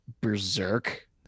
berserk